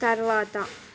తరువాత